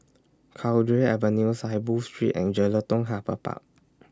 Cowdray Avenue Saiboo Street and Jelutung Harbour Park